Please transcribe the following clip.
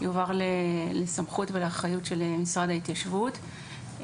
יועבר לסמכות ולאחריות של משרד ההתיישבות,